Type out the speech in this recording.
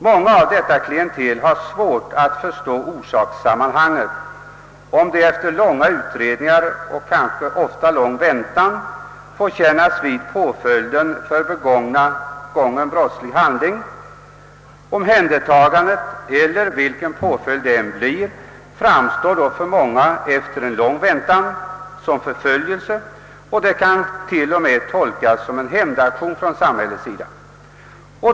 Många inom detta klientel har svårt att förstå orsakssammanhanget, om de efter tidsödande utredningar och lång väntan får kännas vid påföljden för begången brottslig handling. Omhändertagandet — eller vilken påföljd det nu blir — kan framstå som förföljelse och till och med tolkas som en hämndeaktion från samhällets sida.